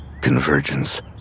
Convergence